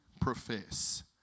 profess